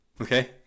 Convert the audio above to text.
Okay